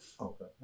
okay